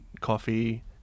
coffee